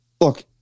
Look